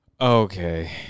Okay